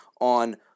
on